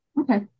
Okay